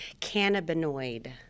Cannabinoid